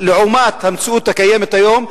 לעומת המציאות הקיימת היום,